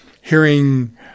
hearing